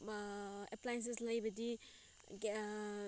appliances ꯂꯩꯕꯗꯤ